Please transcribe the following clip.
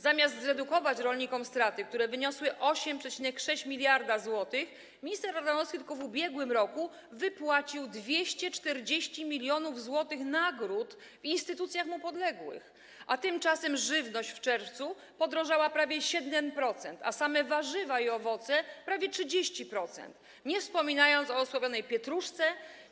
Zamiast zredukować rolnikom straty, które wyniosły 8,6 mld zł, minister Ardanowski tylko w ubiegłym roku wypłacił 240 mld zł nagród w instytucjach mu podległych, a tymczasem żywność w czerwcu podrożała prawie o 7%, a same warzywa i owoce - prawie o 30%, nie wspominając osławionej pietruszki.